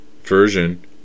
version